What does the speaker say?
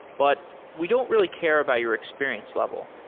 but we don't really care about your experience level.